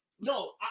No